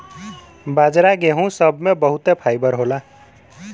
बाजरा गेहूं सब मे बहुते फाइबर होला